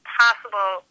possible